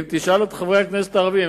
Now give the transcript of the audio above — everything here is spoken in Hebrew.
אם תשאל את חברי הכנסת הערבים,